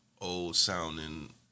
old-sounding